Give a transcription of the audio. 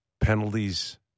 penalties